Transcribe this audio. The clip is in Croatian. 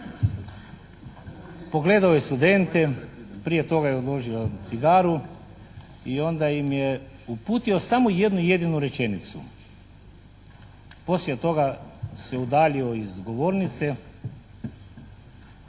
pogledao je studente, prije toga je odložio cigaru i onda im je uputio samo jednu jedinu rečenicu. Poslije toga se udaljio iz govornice,